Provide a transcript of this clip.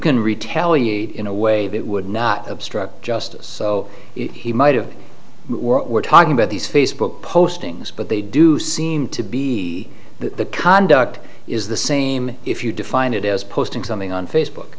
can retaliate in a way that would not obstruct justice so he might have we're talking about these facebook postings but they do seem to be the conduct is the same if you define it as posting something on facebook